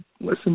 listen